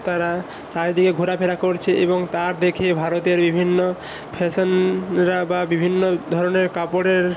তারা চারিদিকে ঘোরাফেরা করছে এবং তার দেখে ভারতের বিভিন্ন ফ্যাশানরা বা বিভিন্ন ধরনের কাপড়ের